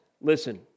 listen